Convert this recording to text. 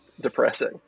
depressing